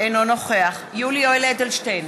אינו נוכח יולי יואל אדלשטיין,